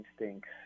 instincts